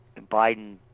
Biden